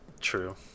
true